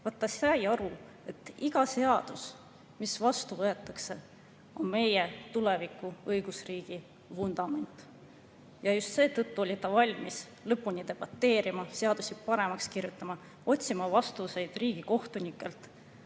ta sai aru, et iga seadus, mis vastu võetakse, on meie tuleviku õigusriigi vundament. Just seetõttu oli ta valmis lõpuni debateerima, seadusi paremaks kirjutama, otsima vastuseid riigikohtunikelt,